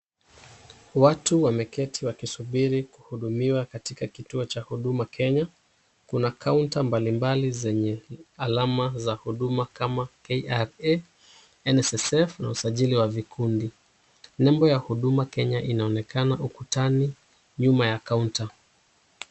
Watu wameketi wakisubiri kuhudumiwa katika kituo cha huduma kenya. Kuna counter mbalimbali zenye alama zauduma kama KRA, NSSF na usajili wa vikundi, nembo ya huduma kenya inaonekana ukutani nyuma ya counter .